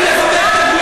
זה מה שאתה עושה,